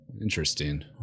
Interesting